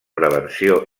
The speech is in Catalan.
prevenció